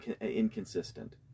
inconsistent